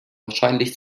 wahrscheinlich